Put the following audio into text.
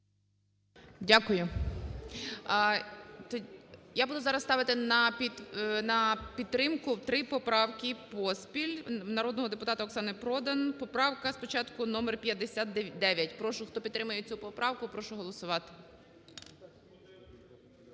Дякую. Я буду зараз ставити на підтримку три поправки поспіль народного депутата Оксани Продан. Поправка спочатку номер 59. Прошу, хто підтримую цю поправку, прошу голосувати.